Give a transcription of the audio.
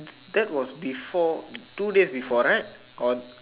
that was before two days before right